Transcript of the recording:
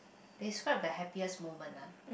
describe the happiest moment ah